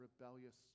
rebellious